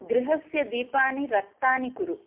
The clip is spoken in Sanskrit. गृहस्य दीपानि रक्तानि कुरु